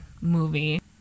movie